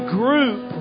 group